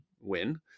win